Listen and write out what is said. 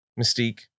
Mystique